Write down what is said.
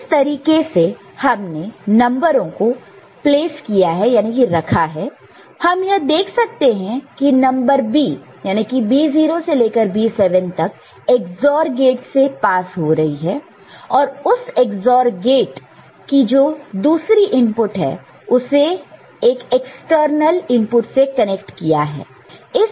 तो इस तरीके से हमने नंबरों को रखा प्लेस place है हम यह देख सकते हैं कि नंबर B याने की B0 से लेकर B7 तक XOR गेट से पास हो रही है और उस XOR गेट कि जो दूसरी इनपुट है उसे एक एक्सटर्नल इनपुट से कनेक्ट किया है